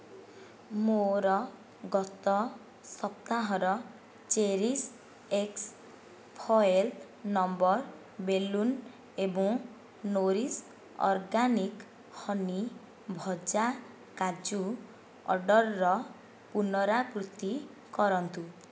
ମୋର ଗତ ସପ୍ତାହର ଚେରିଶ୍ଏକ୍ସ୍ ଫଏଲ୍ ନମ୍ବର୍ ବେଲୁନ୍ ଏବଂ ନୋରିଶ ଅର୍ଗାନିକ ହନି ଭଜା କାଜୁ ଅର୍ଡ଼ର୍ର ପୁନରାବୃତ୍ତି କରନ୍ତୁ